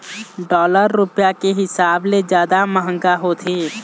dollar रुपया के हिसाब ले जादा मंहगा होथे